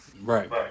right